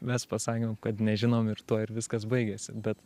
mes pasakėm kad nežinom ir tuo ir viskas baigėsi bet